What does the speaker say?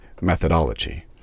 methodology